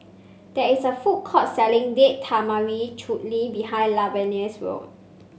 there is a food court selling Date Tamarind Chutney behind Lavenia's